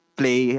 play